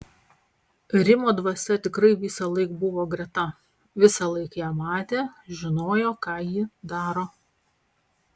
rimo dvasia tikrai visąlaik buvo greta visąlaik ją matė žinojo ką ji daro